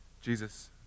Jesus